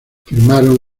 firmaron